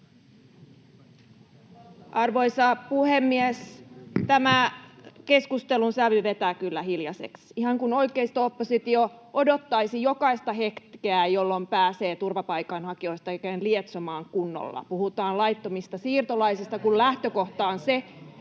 Arvoisa puhemies! Tämä keskustelun sävy vetää kyllä hiljaiseksi. Ihan kuin oikeisto-oppositio odottaisi jokaista hetkeä, jolloin pääsee turvapaikanhakijoista lietsomaan oikein kunnolla. [Leena Meri: Herranjestas sentään!] Puhutaan laittomista siirtolaisista, kun lähtökohta on se,